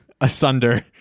asunder